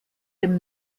dem